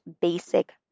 basic